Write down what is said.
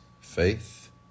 Faith